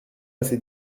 assez